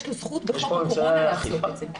יש לו זכות בחוק הקורונה לעשות את זה.